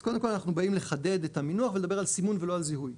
אז קודם כל אנחנו באים לחדד את המינוח ולדבר על סימון ולא על זיהוי,